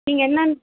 நீங்கள் என்னென்னு